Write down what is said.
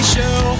Show